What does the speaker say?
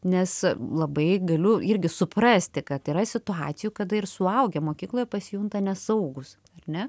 nes labai galiu irgi suprasti kad yra situacijų kada ir suaugę mokykloje pasijunta nesaugūs ar ne